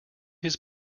his